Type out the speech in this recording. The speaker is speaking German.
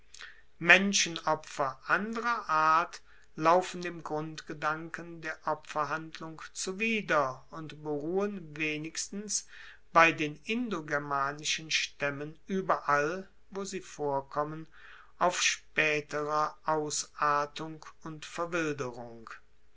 menschenopfer anderer art laufen dem grundgedanken der opferhandlung zuwider und beruhen wenigstens bei den indogermanischen staemmen ueberall wo sie vorkommen auf spaeterer ausartung und verwilderung